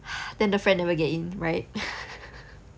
then the friend never get in right